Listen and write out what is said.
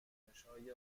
واکنشهای